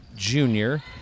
Junior